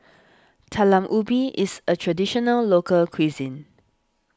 Talam Ubi is a Traditional Local Cuisine